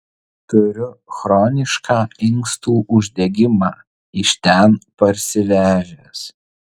turiu chronišką inkstų uždegimą iš ten parsivežęs